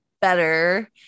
better